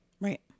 Right